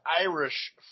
Irish